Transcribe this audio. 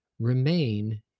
Remain